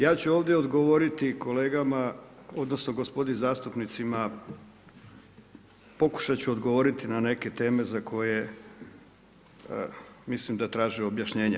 Ja ću ovdje odgovoriti kolegama odnosno gospodi zastupnicima, pokušat ću odgovoriti na neke teme za koje mislim da traže objašnjenje.